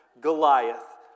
Goliath